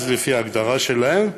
אז, לפי ההגדרה שלהן,